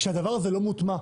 כשהדבר הזה לא מוטמע,